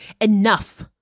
Enough